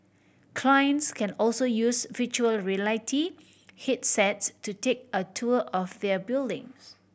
clients can also use virtual reality headsets to take a tour of their buildings